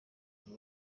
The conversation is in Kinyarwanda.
buri